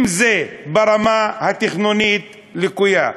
אם זה ברמה התכנונית הלקויה,